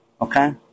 okay